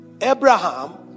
Abraham